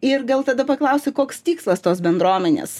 ir gal tada paklausiu koks tikslas tos bendruomenės